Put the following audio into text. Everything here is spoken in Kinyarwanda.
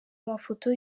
mafoto